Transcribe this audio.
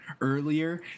earlier